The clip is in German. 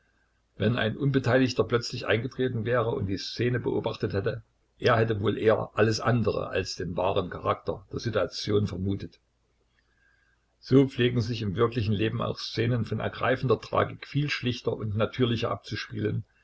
wenn ein unbeteiligter plötzlich eingetreten wäre und die szene beobachtet hätte er hätte wohl eher alles andere als den wahren charakter der situation vermutet so pflegen sich im wirklichen leben auch szenen von ergreifender tragik viel schlichter und natürlicher abzuspielen